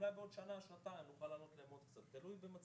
כן.